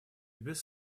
без